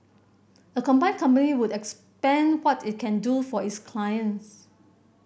a combined company would expand what it can do for its clients